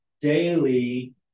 daily